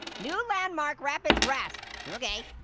new landmark, rapid's rest, okay.